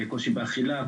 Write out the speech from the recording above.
קושי באכילה,